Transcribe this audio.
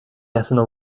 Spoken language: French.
personne